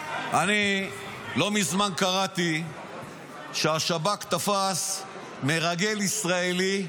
אני לא מזמן קראתי שהשב"כ תפס מרגל ישראלי,